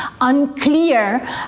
unclear